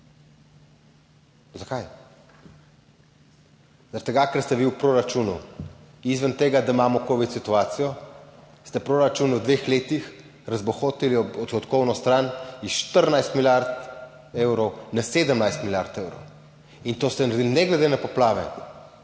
Zaradi tega, ker ste vi v proračunu, izven tega, da imamo covid situacijo, ste v proračunu v dveh letih razbohotili odhodkovno stran s 14 milijard evrov na 17 milijard evrov. In to ste naredili ne glede na poplave.